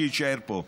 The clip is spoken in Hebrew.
שהיא תישאר פה,